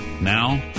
NOW